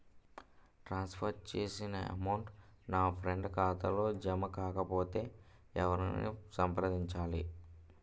ట్రాన్స్ for చేసిన amount నా friend ఖాతాలో జమ కాకపొతే ఎవరిని సంప్రదించాలి?